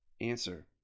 Answer